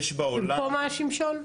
במקום השמשון?